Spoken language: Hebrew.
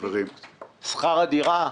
על שכר הדירה?